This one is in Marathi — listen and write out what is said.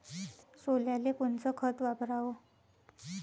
सोल्याले कोनचं खत वापराव?